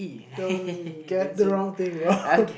don't get the wrong thing wrong